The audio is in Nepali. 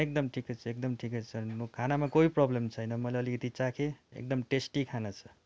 एकदम ठिकै छ एकदम ठिकै छ नो खानामा केही प्रोब्लम छैन मैले अलिकति चाखेँ एकदम टेस्टी खाना छ